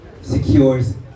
secures